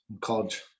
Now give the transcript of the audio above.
college